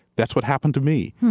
that's what happened to me.